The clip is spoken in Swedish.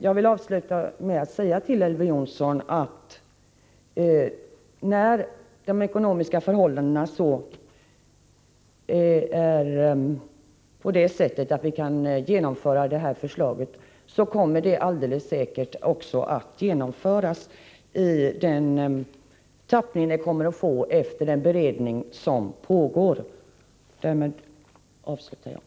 Jag vill avsluta med att säga till Elver Jonsson att när de ekonomiska förhållandena tillåter det kommer helt säkert ett förbättrat bilstöd att genomföras enligt den utformning förslaget kan få efter den beredning som nu pågår.